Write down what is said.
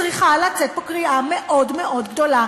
צריכה לצאת מפה קריאה מאוד מאוד גדולה